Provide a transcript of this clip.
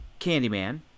Candyman